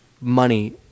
money